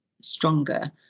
stronger